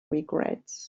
regrets